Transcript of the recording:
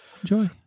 enjoy